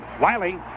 Wiley